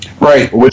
Right